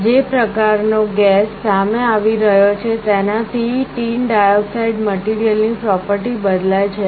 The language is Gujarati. જે પ્રકાર નો ગેસ સામે આવી રહ્યો છે તેનાથી ટીન ડાયોક્સાઇડ મટીરીઅલની પ્રૉપર્ટી બદલાય છે